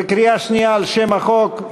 בקריאה שנייה על שם החוק,